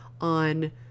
on